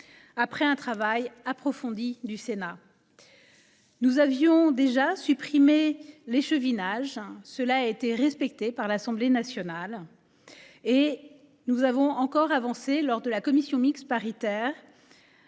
Après un travail approfondi du Sénat, nous avions déjà supprimé l’échevinage – cela a été respecté par l’Assemblée nationale. Nous avons encore progressé lors de la commission mixte paritaire